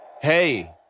hey